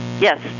Yes